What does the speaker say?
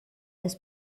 das